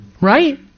right